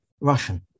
Russian